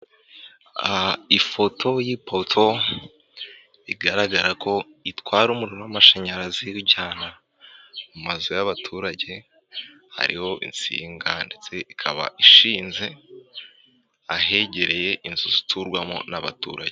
Aha ifoto y'ipoto bigaragara ko itwara umuriro w'amashanyarazi iwujyana mu mazu y'abaturage, hariho insinga ndetse ikaba ishinze ahegereye inzu ziturwamo n'abaturage.